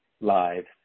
lives